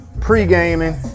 pre-gaming